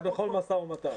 זה בכל משא ומתן.